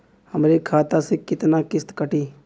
हमरे खाता से कितना किस्त कटी?